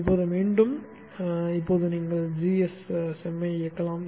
இப்போது மீண்டும் இப்போது நீங்கள் gschem ஐ இயக்கலாம்